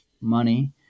money